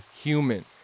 human